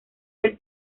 del